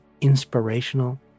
inspirational